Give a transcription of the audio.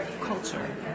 culture